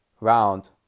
round